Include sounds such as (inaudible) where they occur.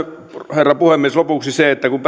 herra puhemies lopuksi kun (unintelligible)